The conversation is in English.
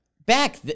Back